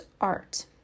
art